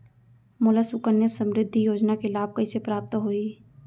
मोला सुकन्या समृद्धि योजना के लाभ कइसे प्राप्त होही?